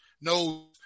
knows